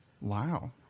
wow